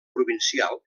provincial